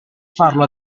farlo